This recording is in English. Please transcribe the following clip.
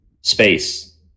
space